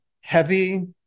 heavy